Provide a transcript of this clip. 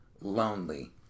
lonely